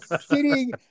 sitting